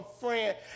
friend